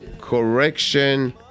correction